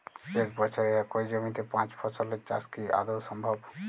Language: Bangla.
এক বছরে একই জমিতে পাঁচ ফসলের চাষ কি আদৌ সম্ভব?